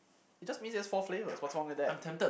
it just means it's four flavours what's wrong with that